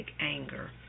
anger